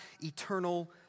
eternal